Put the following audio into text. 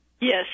Yes